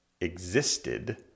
existed